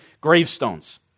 gravestones